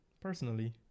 personally